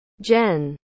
Jen